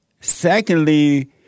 Secondly